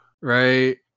right